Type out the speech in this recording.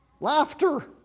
laughter